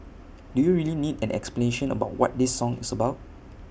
do you really need an explanation about what this song is about